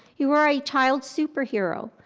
you are a child's superhero.